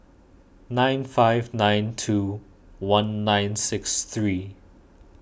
nine five nine two one nine six three